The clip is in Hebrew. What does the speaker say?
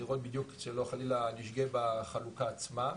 אז לראות בדיוק שלא חלילה נשגה בחלוקה עצמה.